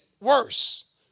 worse